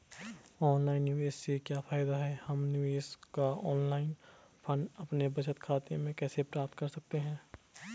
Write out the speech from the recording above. Online निवेश से क्या फायदा है हम निवेश का ऑनलाइन फंड अपने बचत खाते में कैसे प्राप्त कर सकते हैं?